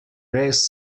res